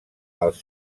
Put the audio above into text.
els